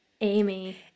Amy